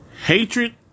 Hatred